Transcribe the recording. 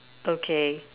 okay